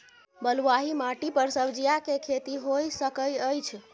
बलुआही माटी पर सब्जियां के खेती होय सकै अछि?